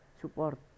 support